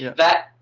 that,